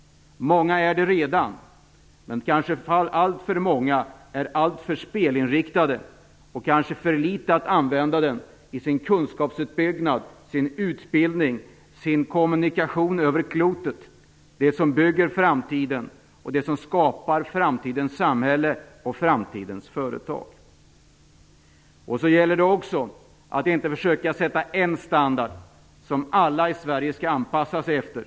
Många är det redan, men kanske alltför många är alltför spelinriktade och för litet inriktade på att använda informationsteknologin i sin kunskapsutbyggnad, sin utbildning och sin kommunikation över klotet. Det är det som bygger framtiden och skapar framtidens samhälle och framtidens företag. Det gäller också att inte försöka sätta en standard som alla i Sverige skall anpassa sig efter.